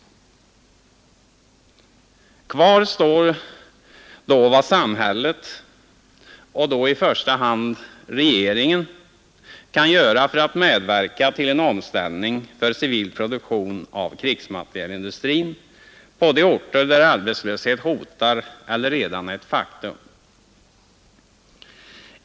Kvar står då vad samhället — i första hand regeringen — kan göra för att medverka till en omställning för civil produktion av krigsmaterielindustrin på de orter där arbetslöshet hotar eller redan är ett faktum.